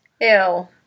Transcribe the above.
Ew